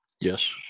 Yes